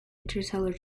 interstellar